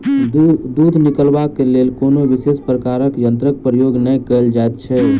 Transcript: दूध निकालबाक लेल कोनो विशेष प्रकारक यंत्रक प्रयोग नै कयल जाइत छै